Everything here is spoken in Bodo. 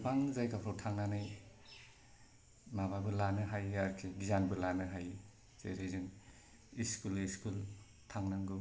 गोबां जायगाफोराव थांनानै माबाबो लानो हायो आरोखि गियानबो लानो हायो जेरै जों स्कुल स्कुल थांनांगौ